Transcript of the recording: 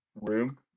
room